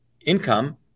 income